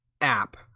app